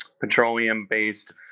petroleum-based